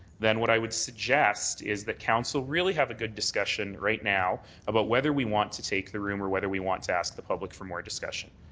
then what i would suggest that council really have a good discussion right now about whether we want to take the room or whether we want to ask the public for more discussion.